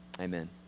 Amen